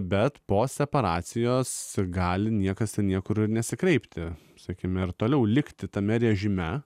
bet po separacijos gali niekas niekur nesikreipti sakykime ir toliau likti tame režime